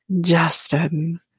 Justin